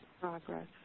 progress